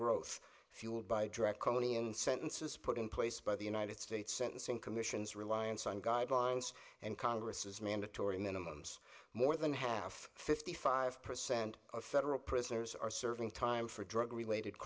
growth fueled by drug company and sentences put in place by the united states sentencing commission's reliance on guidelines and congress mandatory minimums more than half fifty five percent of federal prisoners are serving time for drug related